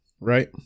right